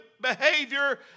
behavior